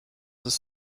ist